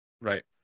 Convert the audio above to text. Right